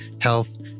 health